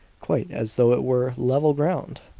quite as though it were level ground!